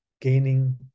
gaining